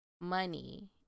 money